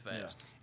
fast